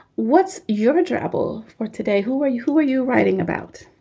what's your travel for today? who were you? who were you writing about?